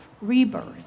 rebirth